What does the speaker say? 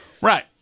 right